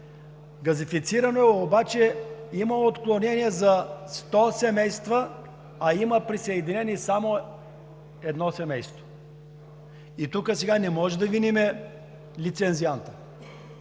газифицирана е, обаче има отклонения за 100 семейства, а има присъединено само едно семейство. И тук сега не можем да виним лицензианта.